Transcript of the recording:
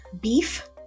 Beef